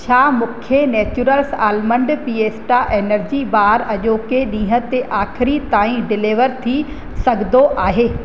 छा मूंखे naturals almond fiesta energy bar अॼोके ॾींहं ते आख़िरी ताईं डिलेवर थी सघंदो आहे